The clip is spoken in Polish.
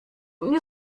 nie